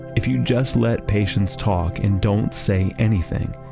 if you just let patients talk and don't say anything,